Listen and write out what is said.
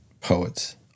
poets